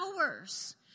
hours